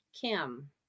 Kim